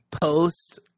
post